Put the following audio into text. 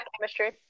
chemistry